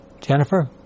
Jennifer